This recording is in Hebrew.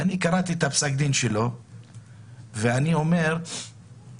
קראתי את פסק הדין שלו ואני אומר שבכנסת